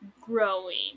growing